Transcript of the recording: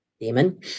demon